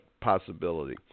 possibility